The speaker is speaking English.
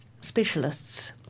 specialists